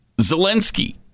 Zelensky